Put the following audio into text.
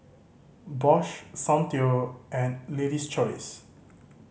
Bosch Soundteoh and Lady's Choice